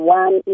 one